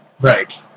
Right